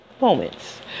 moments